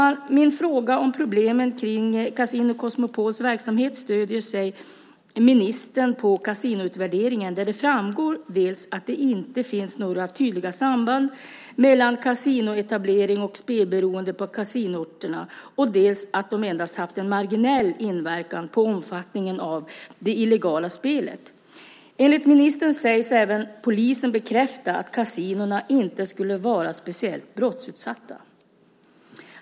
När det gäller min fråga om problemen kring Casino Cosmopols verksamhet stöder sig ministern på Kasinoutvärderingen där det framgår dels att det inte finns några tydliga samband mellan kasinoetablering och spelberoende på kasinoorterna, dels att kasinona haft endast marginell inverkan på omfattningen av det illegala spelet. Enligt ministern bekräftar även polisen att kasinona inte är speciellt brottsutsatta.